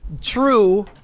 True